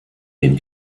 den